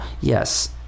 Yes